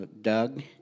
Doug